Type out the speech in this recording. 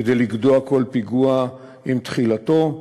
כדי לגדוע כל פיגוע עם תחילתו.